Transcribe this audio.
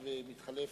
חושב שזו הבעיה.